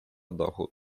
dochód